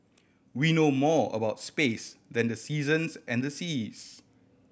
we know more about space than the seasons and the seas